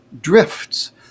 drifts